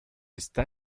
está